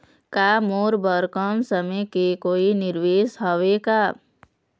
का मोर बर कम समय के कोई निवेश हावे का?